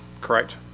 Correct